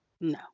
No